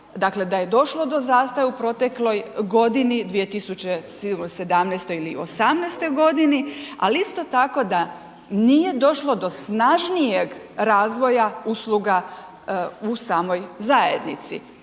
dakle da je došlo do zastoja u protekloj godini, 2017. ili 2018. g. ali isto tako da nije došlo do snažnijeg razvoja usluga u samoj zajednici